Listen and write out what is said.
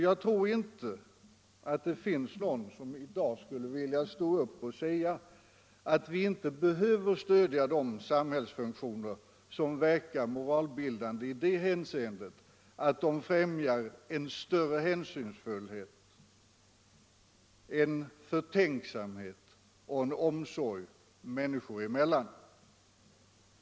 Jag tror inte att det finns någon som i dag skulle vilja stå upp och säga att vi inte behöver stödja de samhällsfunktioner som verkar moralbildande i det hänseendet att de främjar en större hänsynsfullhet, en förtänksamhet och en omsorg människor emellan.